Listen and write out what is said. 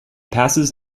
passes